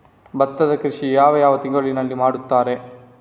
ಭತ್ತದ ಕೃಷಿ ಯಾವ ಯಾವ ತಿಂಗಳಿನಲ್ಲಿ ಮಾಡುತ್ತಾರೆ?